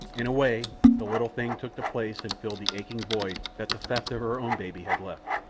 in a way the little thing took the place and filled the aching void that the theft of her own baby had left.